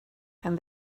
and